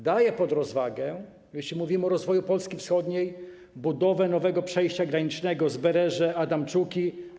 Daję też pod rozwagę, jeśli mówimy o rozwoju Polski wschodniej, budowę nowego przejścia granicznego Zbereże - Adamczuki.